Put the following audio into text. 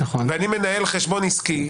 ואני מנהל חשבון עסקי,